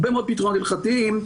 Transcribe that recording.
הרבה מאוד פתרונות הלכתיים,